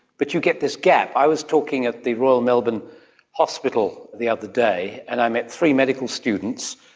but you get this gap. i was talking at the royal melbourne hospital the other day, and i met three medical students,